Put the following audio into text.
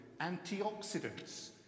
antioxidants